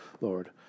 Lord